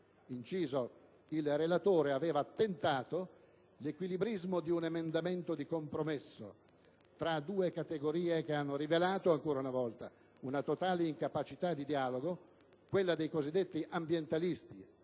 realtà, il relatore aveva tentato l'equilibrismo di un emendamento di compromesso tra due categorie che hanno rivelato ancora una volta una totale incapacità di dialogo: quella dei cosiddetti ambientalisti,